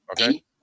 Okay